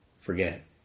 forget